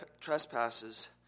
trespasses